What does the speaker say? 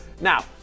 Now